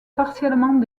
partiellement